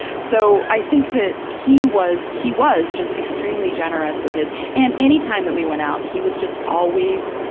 so, i think that he was, he was just extremely generous with his and, anytime that we went out, he was just always,